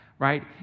Right